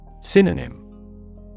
Synonym